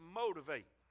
motivate